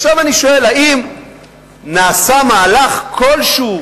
עכשיו אני שואל, האם נעשה מהלך כלשהו,